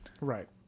Right